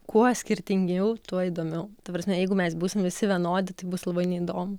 kuo skirtingiau tuo įdomiau ta prasme jeigu mes būsim visi vienodi tai bus labai neįdomu